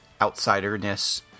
outsiderness